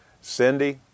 Cindy